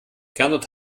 gernot